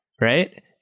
right